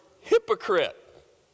hypocrite